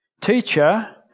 Teacher